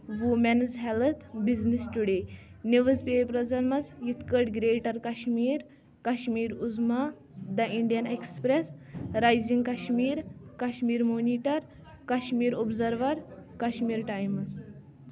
women's health business today news سیپٲرزن منٛز یِتھ کٲٹھۍ Greater Kashmir Kashmir Uzma the Indian Express Rising Kashmir Kashmir Monitor Kashmir Observer Kashmir times